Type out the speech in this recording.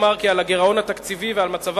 אומר כי על הגירעון התקציבי ועל מצבה